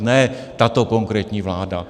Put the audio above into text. Ne tato konkrétní vláda.